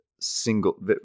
single